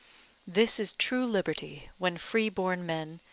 this is true liberty, when free-born men,